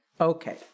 Okay